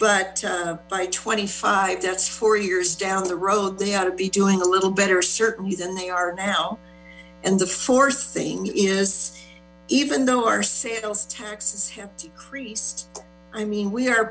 but by twenty five that's four years down the road they ought to be doing a little better certainly than they are now and the fourth thing is even though our sales tax have decreased i mean we are